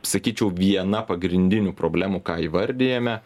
sakyčiau viena pagrindinių problemų ką įvardijame